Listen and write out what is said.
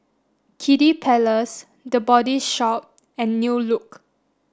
Kiddy Palace the Body Shop and New Look